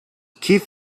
keith